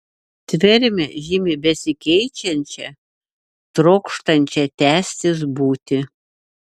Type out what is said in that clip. tvermė žymi besikeičiančią trokštančią tęstis būtį